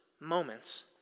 moments